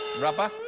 rubber